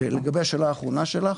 לשאלה האחרונה שלך,